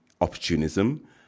opportunism